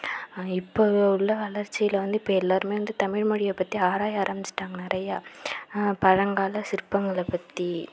இப்போ உள்ள வளர்ச்சியில வந்து இப்போ எல்லாருமே வந்து தமிழ் மொழியை பற்றி ஆராய ஆரம்பிச்சிட்டாங்க நிறையா பழங்கால சிற்பங்களை பற்றி